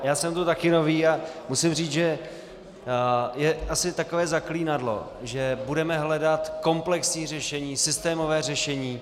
Já jsem tu taky nový a musím říct, že je asi takové zaklínadlo, že budeme hledat komplexní řešení, systémové řešení.